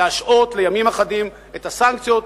להשהות לימים אחדים את הסנקציות,